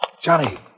Johnny